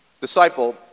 Disciple